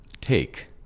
take